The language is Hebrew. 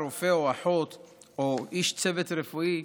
רופא או אחות או איש צוות רפואי,